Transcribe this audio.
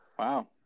Wow